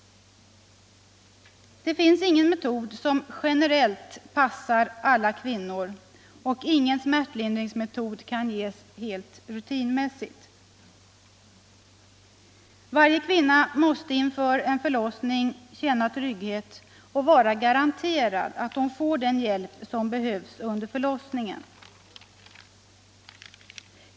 Det finns ingen metod som generellt passar alla kvinnor, och ingen smärtlindringsmetod kan ges helt rutinmässigt. Varje kvinna måste inför en förlossning känna trygghet och vara garanterad den hjälp som behövs under förlossningen.